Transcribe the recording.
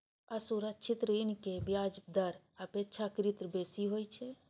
असुरक्षित ऋण के ब्याज दर अपेक्षाकृत बेसी होइ छै